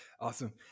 awesome